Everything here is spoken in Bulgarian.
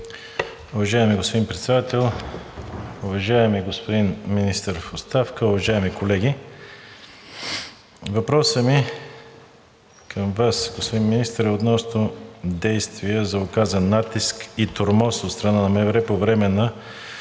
Уважаеми господин Председател, уважаеми господин Министър в оставка, уважаеми колеги! Въпросът ми към Вас, господин Министър, е относно действия за оказан натиск и тормоз от страна на МВР по време на